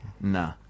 Nah